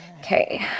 Okay